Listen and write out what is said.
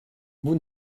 vous